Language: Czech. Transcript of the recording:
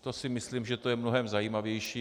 To si myslím, že to je mnohem zajímavější.